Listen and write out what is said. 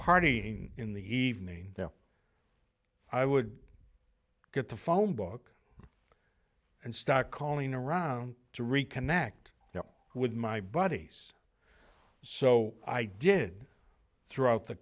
partying in the evening i would get the phone book and start calling around to reconnect now with my buddies so i did throughout the